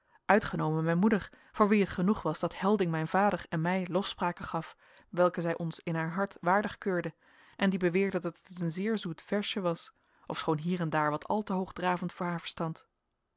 uitgenomen mijn moeder voor wie het genoeg was dat helding mijn vader en mij lofspraken gaf welke zij ons in haar hart waardig keurde en die beweerde dat het een zeer zoet versje was ofschoon hier en daar wat al te hoogdravend voor haar verstand